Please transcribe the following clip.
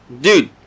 Dude